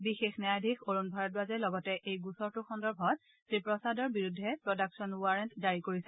বিশেষ ন্যায়াধীশ অৰুণ ভৰদ্বাজে লগতে এই গোচৰটোৰ সন্দৰ্ভত শ্ৰীপ্ৰসাদৰ বিৰুদ্ধে প্ৰডাক্চন ৱাৰেণ্ট জাৰি কৰিছে